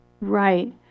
Right